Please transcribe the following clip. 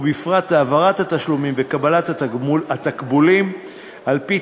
ובפרט העברת התשלומים וקבלת התקבולים על-פי